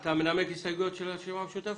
אתה מנמק את הסתייגויות הרשימה המשותפת?